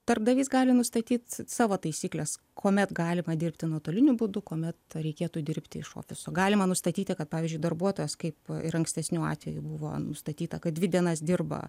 darbdavys gali nustatyt savo taisykles kuomet galima dirbti nuotoliniu būdu kuomet reikėtų dirbti iš ofiso galima nustatyti kad pavyzdžiui darbuotojas kaip ir ankstesniu atveju buvo nustatyta kad dvi dienas dirba